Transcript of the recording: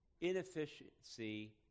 inefficiency